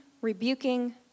rebuking